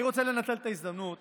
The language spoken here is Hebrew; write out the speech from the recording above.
אני רוצה לנצל את ההזדמנות